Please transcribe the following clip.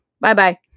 Bye-bye